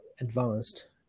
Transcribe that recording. advanced